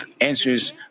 answers